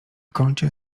kącie